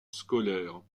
scolaire